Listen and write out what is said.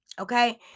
Okay